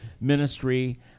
ministry